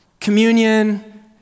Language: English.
communion